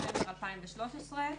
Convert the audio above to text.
נובמבר 2013,